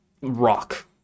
rock